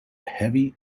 heavy